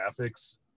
graphics